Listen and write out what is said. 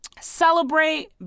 celebrate